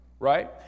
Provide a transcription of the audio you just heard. right